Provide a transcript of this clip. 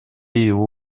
его